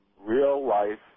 real-life